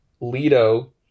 Leto